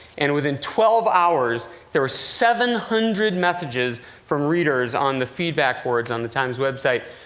and within twelve hours, there were seven hundred messages from readers on the feedback boards on the times website,